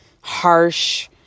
harsh